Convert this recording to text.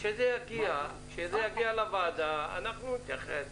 כשזה יגיע לוועדה אנחנו נתייחס.